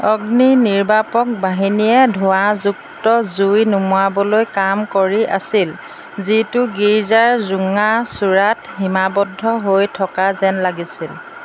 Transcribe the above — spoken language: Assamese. অগ্নি নিৰ্বাপক বাহিনীয়ে ধোঁৱাযুক্ত জুই নুমুৱাবলৈ কাম কৰি আছিল যিটো গীৰ্জাৰ জোঙা চূড়াত সীমাবদ্ধ হৈ থকা যেন লাগিছিল